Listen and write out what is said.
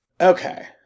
Okay